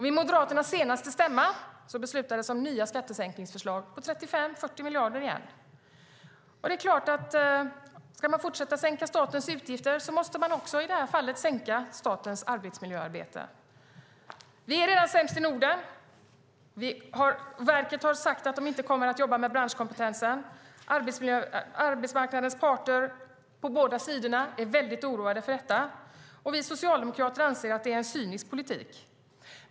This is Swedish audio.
Vid Moderaternas senaste stämma beslutade man om nya skattesänkningsförslag på 35-40 miljarder. Det är klart att man om man ska fortsätta att sänka statens utgifter också måste sänka i det här fallet statens arbetsmiljöarbete. Vi är redan sämst i Norden. Verket har sagt att de inte kommer att jobba med branschkompetensen. Arbetsmarknadens parter - båda sidor - är oroade för detta, och vi socialdemokrater anser att det är en cynisk politik.